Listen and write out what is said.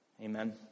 amen